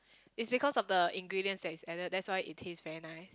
is because of the ingredients that is added that's why it taste very nice